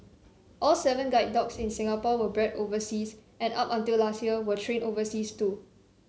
all seven guide dogs in Singapore were bred overseas and up until last year were trained overseas too